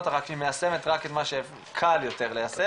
רק שהיא מיישמת רק את מה שקל יותר ליישם.